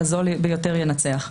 והזול ביותר ינצח.